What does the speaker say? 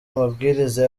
amabwiriza